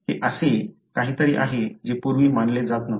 हे असे काहीतरी आहे जे पूर्वी मानले जात नव्हते